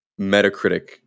Metacritic